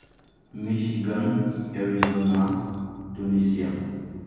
Michigan Arizona Tunisia